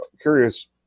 curious